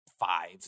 Five